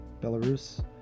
Belarus